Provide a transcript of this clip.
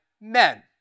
men